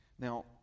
Now